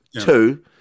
Two